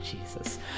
Jesus